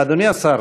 אדוני השר,